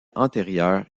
antérieure